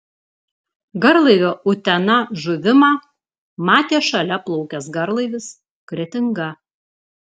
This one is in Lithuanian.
garlaivio utena žuvimą matė šalia plaukęs garlaivis kretinga